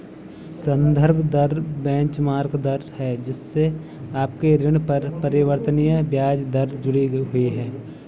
संदर्भ दर बेंचमार्क दर है जिससे आपके ऋण पर परिवर्तनीय ब्याज दर जुड़ी हुई है